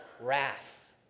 wrath